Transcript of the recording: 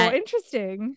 interesting